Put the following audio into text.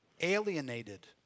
alienated